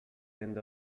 end